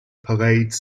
parades